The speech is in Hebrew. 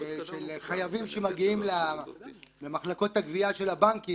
חייבים שמגיעים למחלקות הגביה של הבנקים,